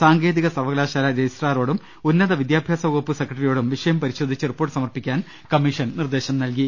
സാങ്കേതിക സർവ്വകലാശാല രജിസ്ട്രാറോടും ഉന്നത വിദ്യാഭ്യാസ വകുപ്പ് സെക്രട്ടറിയോടും വിഷയം പരിശോധിച്ച് റിപ്പോർട്ട് സമർപ്പിക്കാൻ കമ്മീഷൻ നിർദ്ദേശം നൽകി